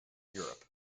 europe